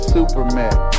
Superman